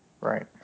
Right